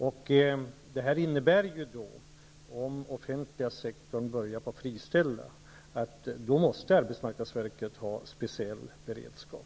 Om den offentliga sektorn börjar friställa, innebär det här att arbetsmarknadsverket måste ha en speciell beredskap.